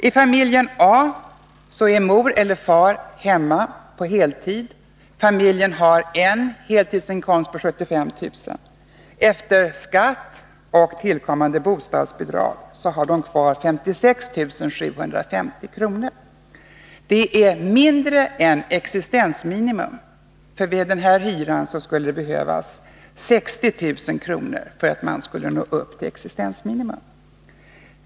I familjen A är mor eller far hemma på heltid. Familjen har en heltidsinkomst på 75 000 kr. Efter skatt och tillkommande bostadsbidrag har de kvar 56 750 kr. Det är mindre än existensminimum, därför att med denna hyra skulle det behövas 60 000 kr. för att nå upp till existensminimum.